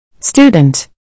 Student